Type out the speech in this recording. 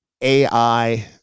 ai